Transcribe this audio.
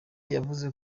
yavuze